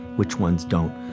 which ones don't?